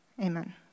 Amen